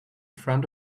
front